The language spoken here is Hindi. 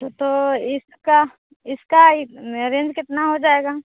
तो तो इसका इसका रेंज कितना हो जाएगा